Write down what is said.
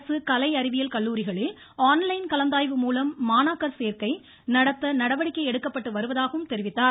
அரசு கலை அறிவியல் கல்லூரிகளில் ஆன் லைன் கலந்தாய்வு மூலம் மாணாக்கர் சேர்க்கை நடத்த நடவடிக்கை எடுக்கப்பட்டு வருவதாகவும் தெரிவித்தார்